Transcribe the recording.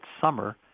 summer